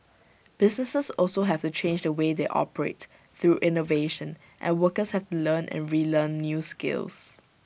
businesses also have to change the way they operate through innovation and workers have to learn and relearn new skills